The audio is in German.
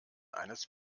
eines